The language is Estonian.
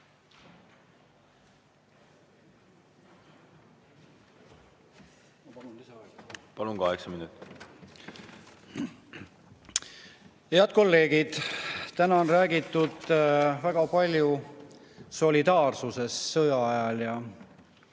Palun, kaheksa minutit! Head kolleegid! Täna on räägitud väga palju solidaarsusest sõja ajal ja